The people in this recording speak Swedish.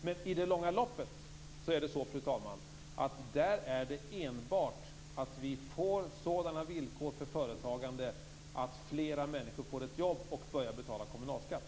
Men i det långa loppet, fru talman, handlar det enbart om att få sådana villkor för företagande att fler människor får ett jobb och börjar betala kommunalskatt.